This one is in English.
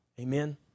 Amen